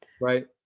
Right